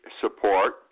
support